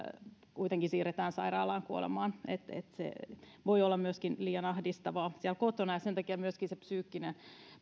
siirretään sairaalaan kuolemaan se voi olla myöskin liian ahdistavaa siellä kotona ja sen takia myöskin se psyykkinen